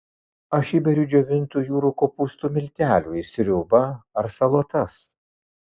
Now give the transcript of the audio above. aš įberiu džiovintų jūrų kopūstų miltelių į sriubą ar salotas